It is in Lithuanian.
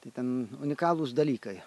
tai ten unikalūs dalykai